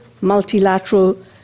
multilateral